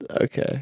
Okay